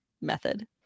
method